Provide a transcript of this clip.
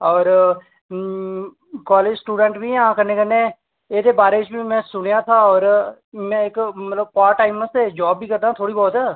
और college student बी आं कन्नै कन्नै एह्दे बारे च बी में सुनेआ हा और में इक मतलब पार्ट टाइम आस्तै जाब बी करनां थोह्ड़ी बहुत